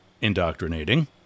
indoctrinating